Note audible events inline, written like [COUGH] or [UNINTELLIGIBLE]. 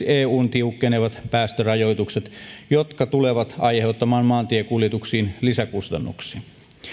[UNINTELLIGIBLE] eun tiukkeneviin päästörajoituksiin jotka tulevat aiheuttamaan maantiekuljetuksiin lisäkustannuksia